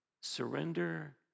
surrender